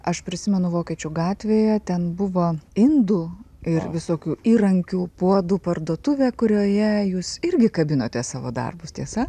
aš prisimenu vokiečių gatvėje ten buvo indų ir visokių įrankių puodų parduotuvė kurioje jūs irgi kabinote savo darbus tiesa